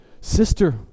Sister